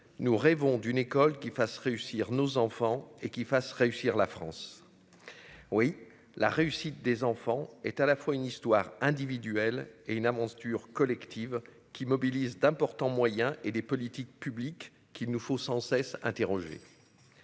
nous rêvons d'une école qui fassent réussir nos enfants et qui fassent réussir la France oui, la réussite des enfants est à la fois une histoire individuelle et une amende collective qui mobilise d'importants moyens et des politiques publiques, qu'il nous faut sans cesse interrogé